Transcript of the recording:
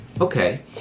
okay